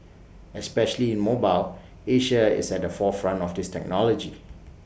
especially in mobile Asia is at the forefront of this technology